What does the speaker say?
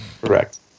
correct